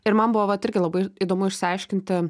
ir man buvo vat irgi labai įdomu išsiaiškinti